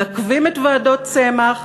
מעכבים את ועדת צמח,